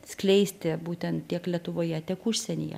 skleisti būtent tiek lietuvoje tiek užsienyje